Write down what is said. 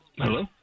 Hello